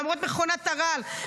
למרות מכונת הרעל,